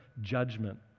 judgment